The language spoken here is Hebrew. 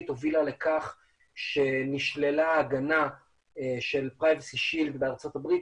הובילה לכך שנשללה ההגנה של privacy shield בארצות הברית,